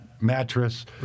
mattress